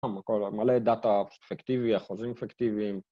הכול מלא דאטה פיקטיבי, אחוזים פיקטיביים